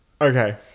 Okay